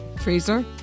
Freezer